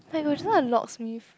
Hi would you like a locksmith